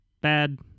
Bad